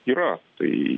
yra tai